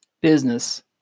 business